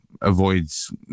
avoids